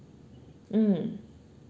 mm